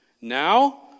Now